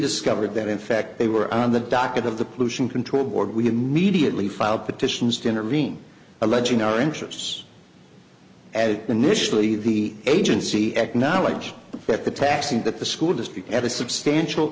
discovered that in fact they were on the docket of the pollution control board we immediately filed petitions to intervene alleging our interests as initially the agency acknowledge that the taxi that the school district had a substantial